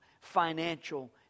financial